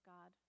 God